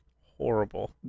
horrible